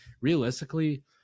Realistically